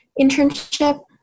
internship